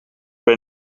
bij